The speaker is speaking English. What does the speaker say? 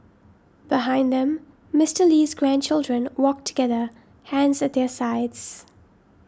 behind them Mister Lee's grandchildren walked together hands at their sides